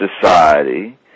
society